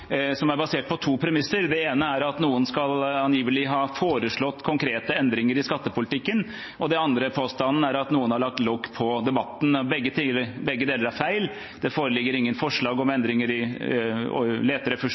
som er basert på to premisser. Det ene er at noen angivelig skal ha foreslått konkrete endringer i skattepolitikken, og den andre påstanden er at noen har lagt lokk på debatten. Begge deler er feil. Det foreligger ingen forslag om endringer i leterefusjon